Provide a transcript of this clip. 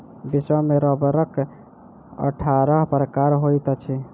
विश्व में रबड़क अट्ठारह प्रकार होइत अछि